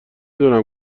دونم